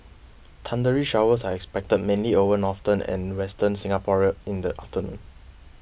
thundery showers are expected mainly over northern and western Singapore in the afternoon